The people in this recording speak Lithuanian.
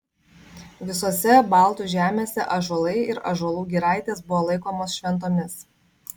visose baltų žemėse ąžuolai ir ąžuolų giraitės buvo laikomos šventomis